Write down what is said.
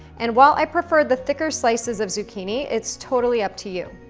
and while i prefer the thicker slices of zucchini, it's totally up to you.